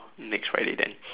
next Friday then